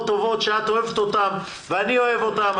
טובות שאת אוהבת אותן ואני אוהב אותן.